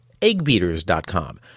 eggbeaters.com